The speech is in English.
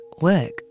work